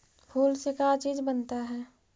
फूल से का चीज बनता है?